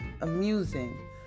amusing